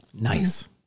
Nice